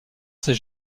ces